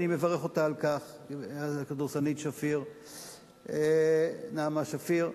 הכדורסלנית נעמה שפיר,